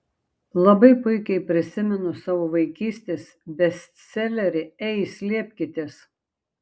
labai puikiai prisimenu savo vaikystės bestselerį ei slėpkitės